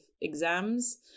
exams